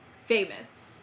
Famous